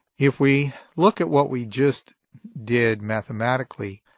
if we look at what we just did mathematically,